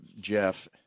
Jeff